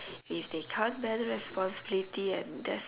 if they can't bear responsibility and that's